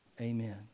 Amen